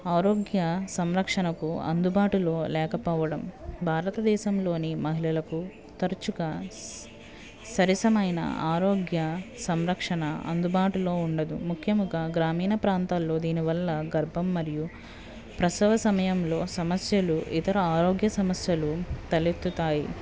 ఆరోగ్య సంరక్షణకు అందుబాటులో లేకపోవడం భారతదేశంలోని మహిళలకు తరచుగా సరసమైన ఆరోగ్య సంరక్షణ అందుబాటులో ఉండదు ముఖ్యముగా గ్రామీణ ప్రాంతాల్లో దీని వల్ల గర్భం మరియు ప్రసవ సమయంలో సమస్యలు ఇతర ఆరోగ్య సమస్యలు తలెత్తుతాయి